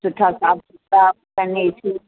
सुठा साफ़ु सुथिरा हुजनि ए सी